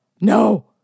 No